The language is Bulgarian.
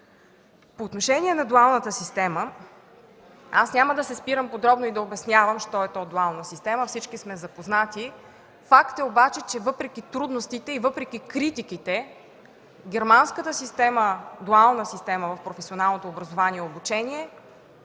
По отношение на дуалната система, няма да се спирам подробно и да обяснявам що е то дуална система, всички сме запознати. Факт е обаче, че въпреки трудностите и критиките, германската дуална система в професионалното образование и обучение